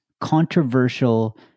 controversial